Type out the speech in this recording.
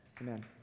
Amen